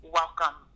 welcome